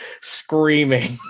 screaming